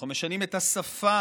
אנחנו משנים את השפה.